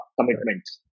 commitments